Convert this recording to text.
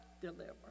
deliver